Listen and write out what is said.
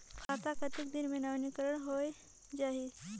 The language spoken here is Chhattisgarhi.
खाता कतेक दिन मे नवीनीकरण होए जाहि??